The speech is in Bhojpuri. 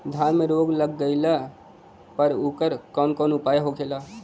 धान में रोग लग गईला पर उकर कवन कवन उपाय होखेला?